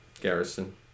Garrison